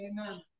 Amen